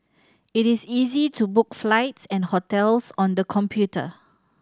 it is easy to book flights and hotels on the computer